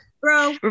bro